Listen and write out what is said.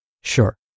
Sure